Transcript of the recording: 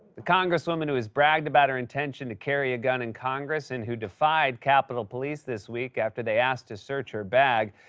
the congresswoman who has bragged about her intention to carry a gun in congress, and who defied capitol police this week after they asked to search her bag.